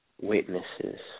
witnesses